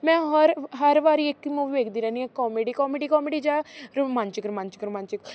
ਮੈਂ ਹਰ ਹਰ ਵਾਰੀ ਇੱਕ ਮੂਵੀ ਵੇਖਦੀ ਰਹਿੰਦੀ ਹਾਂ ਕੋਮੇਡੀ ਕੋਮੇਡੀ ਕੋਮੇਡੀ ਜਾਂ ਰੋਮਾਂਚਕ ਰੋਮਾਂਚਕ ਰੋਮਾਂਚਕ